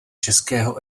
českého